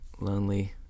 lonely